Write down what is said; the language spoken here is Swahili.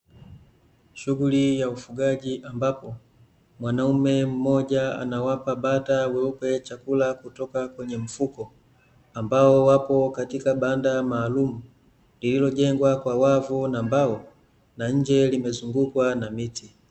Shughuli ya ufugaji ambapo, mwanaume mmoja anawapa bata weupe chakula kutoka kwenye mfuko, ambao wapo katika banda maalumu lililojengwa kwa wavu na mbao, na nje limezungukwa na miti.